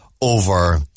over